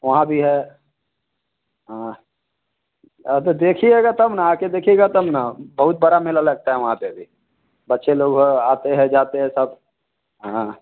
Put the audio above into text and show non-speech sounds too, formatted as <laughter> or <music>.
वहाँ भी है हाँ तो देखिएगा तब न आके देखिएगा तब न बहुत बड़ा मेला लगता है वहाँ पे भी बच्चे लोग <unintelligible> आते हैं जाते हैं सब हाँ